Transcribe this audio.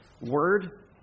word